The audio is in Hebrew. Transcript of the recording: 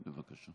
כבוד